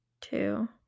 two